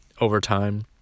overtime